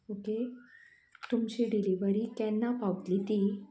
okay तुमची delivery केन्ना पावतली ती